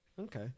Okay